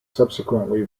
subsequently